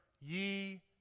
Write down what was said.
ye